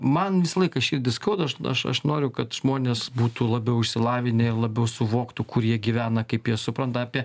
man visą laiką širdį skauda aš aš aš noriu kad žmonės būtų labiau išsilavinę ir labiau suvoktų kur jie gyvena kaip jie supranta apie